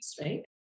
right